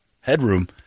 headroom